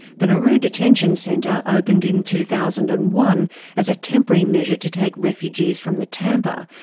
the nauru detention centre opened in two thousand and one as a temporary measure to take refugees from the tampa,